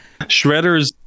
Shredders